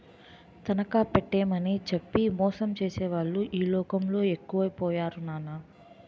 తనఖా పెట్టేమని చెప్పి మోసం చేసేవాళ్ళే ఈ లోకంలో ఎక్కువై పోయారు నాన్నా